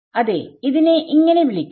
അതേ ഇതിനെ എന്ന് വിളിക്കാം